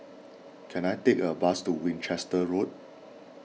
can I take a bus to Winchester Road